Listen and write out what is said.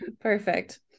Perfect